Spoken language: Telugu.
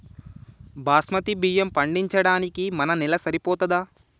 బాస్మతి బియ్యం పండించడానికి మన నేల సరిపోతదా?